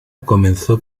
comenzó